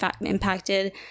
impacted